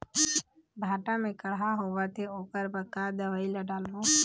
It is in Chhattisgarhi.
भांटा मे कड़हा होअत हे ओकर बर का दवई ला डालबो?